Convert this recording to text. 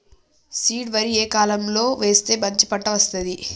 Seed వరి ఏ కాలం లో వేస్తే మంచి పంట వస్తది?